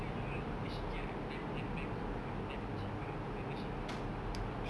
later you all later she get like ten handbags from like ten cheap brands later she don't like